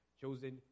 chosen